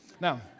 Now